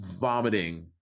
vomiting